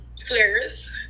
flares